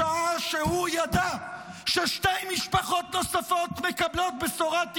בשעה שהוא ידע ששתי משפחות נוספות מקבלות בשורת איוב,